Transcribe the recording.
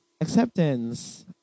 Acceptance